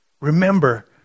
remember